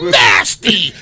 nasty